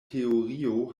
teorio